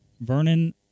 Vernon